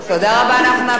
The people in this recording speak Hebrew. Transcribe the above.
אנחנו נעבור לתוצאות.